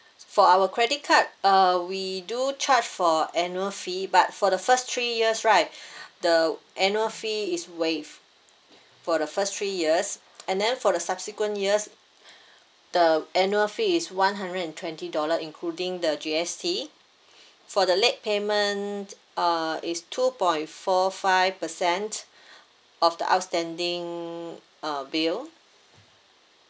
for our credit card uh we do charge for annual fee but for the first three years right the annual fee is waived for the first three years and then for the subsequent years the annual fee is one hundred and twenty dollar including the G_S_T for the late payment uh it's two point four five percent of the outstanding uh bill